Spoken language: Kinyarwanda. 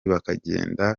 bakagenda